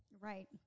Right